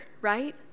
right